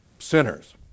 sinners